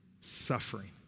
Suffering